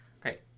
Great